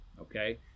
okay